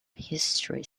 history